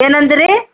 ಏನಂದ್ರೀ